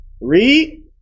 read